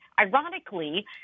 ironically